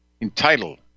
entitled